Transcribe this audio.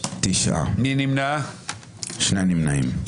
2 נמנעים.